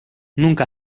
nunca